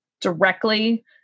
directly